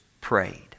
prayed